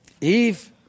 Eve